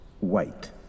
white